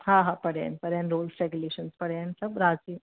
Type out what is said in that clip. हा हा पढ़िया आहिनि पढ़िया आहिनि रुल्स रेगियूलेशन पढ़िया आहिनि सभु राज़ी